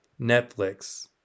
Netflix